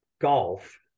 golf